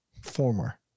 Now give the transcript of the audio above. former